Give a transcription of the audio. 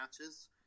matches